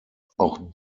auch